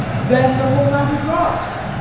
then the whole matter drops